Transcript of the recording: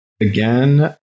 again